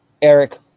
Eric